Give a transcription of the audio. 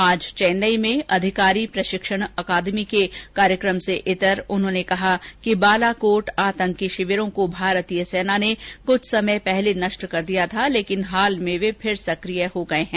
आज चेन्नई में अधिकारी प्रशिक्षण अकादमी के कार्यक्रम से इतर उन्होंने कहा कि बालाकोट आतंकी शिविरों को भारतीय सेना ने कुछ समय पहले नष्ट कर दिया था लेकिन हाल में वे फिर सक्रिय हो गए हैं